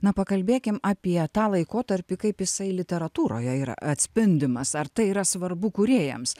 na pakalbėkim apie tą laikotarpį kaip jisai literatūroje yra atspindimas ar tai yra svarbu kūrėjams